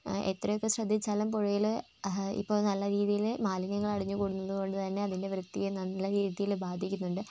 ആ എത്രയൊക്കെ ശ്രദ്ധിച്ചാലും പുഴയിലെ ഇപ്പോൾ നല്ല രീതിയിൽ മാലിന്യങ്ങൾ അടിഞ്ഞു കൂടുന്നത് കൊണ്ട് തന്നെ അതിൻ്റെ വൃത്തിയെ നല്ല രീതിയിൽ ബാധിക്കുന്നുണ്ട്